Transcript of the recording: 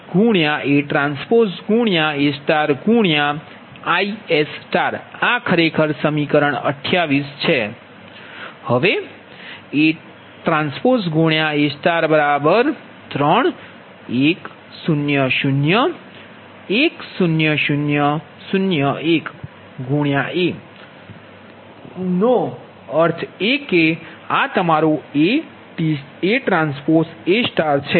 સ્લાઇડનો સમય જુઓ 2427 હવે ATA31 0 0 0 1 0 0 0 1 A નો અર્થ એ કે આ તમારો ATA છે